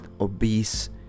obese